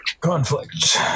Conflict